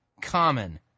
common